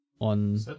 on